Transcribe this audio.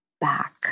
back